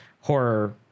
horror